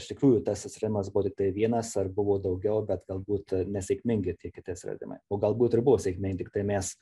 iš tikrųjų tas atsiradimas buvo tiktai vienas ar buvo daugiau bet galbūt nesėkmingi tie kiti atsiradimai o galbūt ir buvo sėkmingi tiktai mes